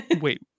wait